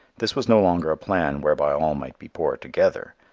this was no longer a plan whereby all might be poor together,